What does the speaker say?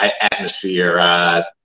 atmosphere